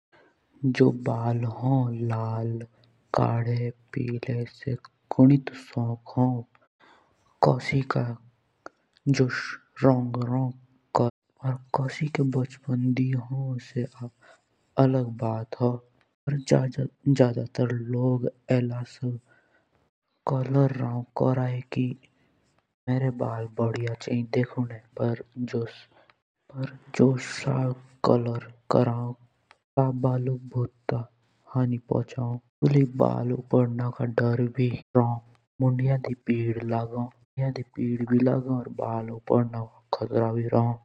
जो बाल होन लाल कड़े पिले से तो शौंक होन कोसी का और कोसी के बचपन दी होन सो अलग बात होन। पर ज़्यादा तर एला लोग कलर रौन कोरी। की मेरे बाल बढ़िया चढ़ाई देखने कि मेरे बाल ऐसे चाहियी देखने पर सो जा कोलोर रहोन कोर्ये सा बालुंक भूत हानि पहुचाओन।